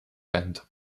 band